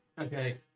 Okay